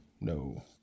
no